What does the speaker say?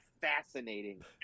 fascinating